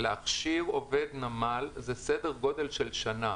להכשיר עובד נמל זה סדר גודל של שנה.